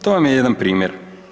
To vam je jedan primjer.